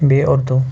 بیٚیہِ اُردو